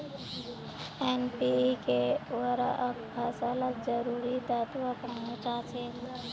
NPK उर्वरक फसलत जरूरी तत्व पहुंचा छेक